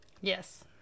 Yes